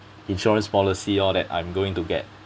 insurance policy lor that I'm going to get